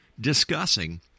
discussing